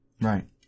Right